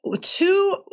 two